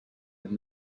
and